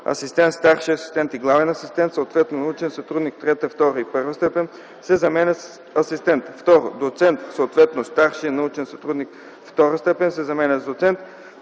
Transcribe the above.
„асистент”, „старши асистент” и „главен асистент”, съответно „научен сътрудник” ІІІ, ІІ и І степен, се заменят с „асистент”; 2. „доцент”, съответно „старши научен сътрудник ІІ степен” се заменя с „доцент”;